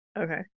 Okay